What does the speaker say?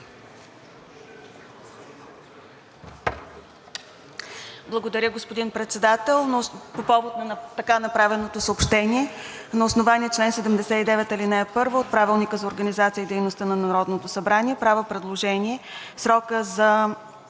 Благодаря, господин Председател.